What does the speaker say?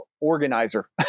organizer